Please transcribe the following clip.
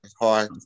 hi